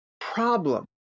problem